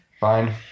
Fine